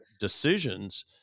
decisions